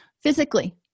Physically